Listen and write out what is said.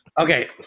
Okay